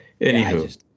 Anywho